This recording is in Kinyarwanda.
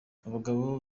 abagabo